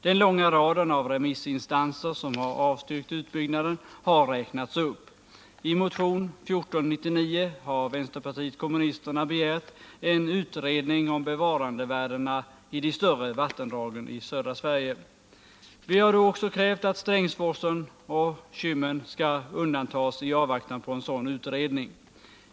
Den långa raden av remissinstanser som har avstyrkt utbyggnaden har räknats upp. I motion 1499 har vpk begärt en utredning om bevarandevärdena i de större vattendragen i södra Sverige. Vi har då också krävt att Strängsforsen och Kymmen skall undantas i avvaktan på en sådan utredning.